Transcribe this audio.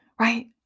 right